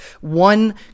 one